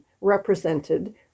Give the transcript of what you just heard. represented